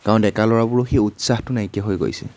গাঁওৰ ডেকা ল'ৰাবোৰৰ সেই উৎসাহটো নাইকিয়া হৈ গৈছে